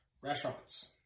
restaurants